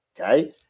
Okay